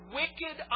wicked